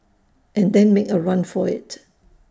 and then make A run for IT